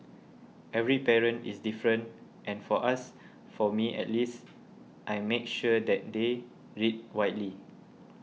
every parent is different and for us for me at least I make sure that they read widely